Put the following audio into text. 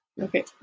Okay